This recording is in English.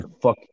fuck